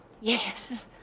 Yes